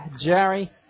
jerry